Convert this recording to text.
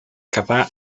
quedà